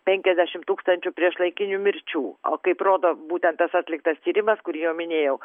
penkiasdešimt tūkstančių priešlaikinių mirčių o kaip rodo būtent tas atliktas tyrimas kurį jau minėjau